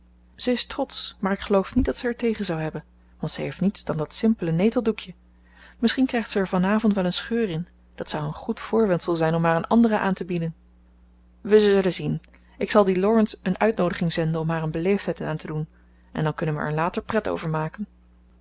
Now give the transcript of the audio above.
ze is trotsch maar ik geloof niet dat ze er tegen zou hebben want ze heeft niets dan dat simpele neteldoekje misschien krijgt zij er van avond wel een scheur in dat zou een goed voorwendsel zijn om haar een andere aan te bieden we zullen zien ik zal dien laurence een uitnoodiging zenden om haar een beleefdheid aan te doen en dan kunnen we er later pret over maken